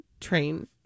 train